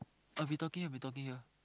I'll be talking out be talking out